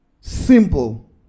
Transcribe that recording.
simple